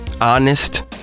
honest